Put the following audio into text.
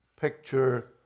picture